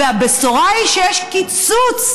והבשורה היא שיש קיצוץ